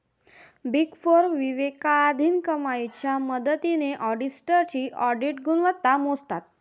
big four विवेकाधीन कमाईच्या मदतीने ऑडिटर्सची ऑडिट गुणवत्ता मोजतात